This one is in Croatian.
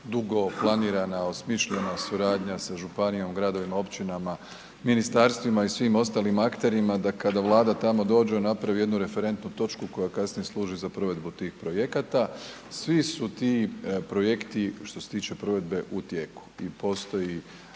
dugo planirana, osmišljena suradnja sa županijom, gradovima, općinama i svim ostalim akterima da kada Vlada tamo dođe napravi jednu referentnu točku koja kasnije služi za provedbu tih projekata. Svi su ti projekti što se tiče provedbe u tijeku. I postoji